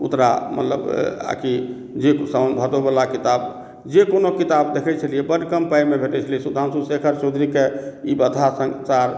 उतरा मतलब आकी जे साउन भादव वला किताब जे कोनो किताब देखै छलियै बड कम पाइ मे भेटै छलै सुधांशु शेखर चौधरी के ई वतहा संसार